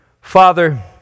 Father